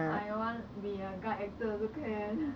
or you want be a guard actor also can